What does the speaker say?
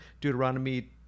Deuteronomy